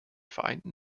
vereinten